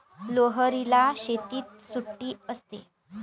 लोहरीला शाळेत सुट्टी असते